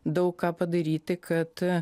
daug ką padaryti kad